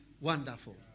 wonderful